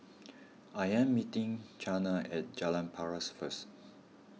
I am meeting Chyna at Jalan Paras first